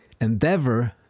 endeavor